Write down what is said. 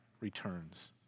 returns